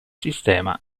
sistema